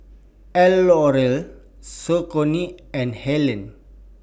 L'Oreal Saucony and Helen